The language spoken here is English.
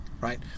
right